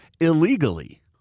illegally